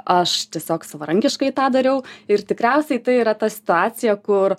aš tiesiog savarankiškai tą dariau ir tikriausiai tai yra ta situacija kur